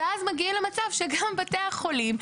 ואז מגיעים למצב שגם בתי החולים,